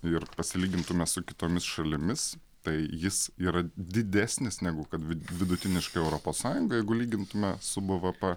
ir pasilygintume su kitomis šalimis tai jis yra didesnis negu kad vidutiniškai europos sąjungoj jeigu lygintume su bvp